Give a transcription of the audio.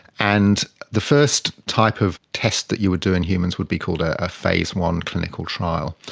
and the first type of tests that you would do in humans would be called a phase one clinical trial,